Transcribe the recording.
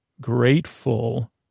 grateful